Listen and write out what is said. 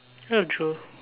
ya true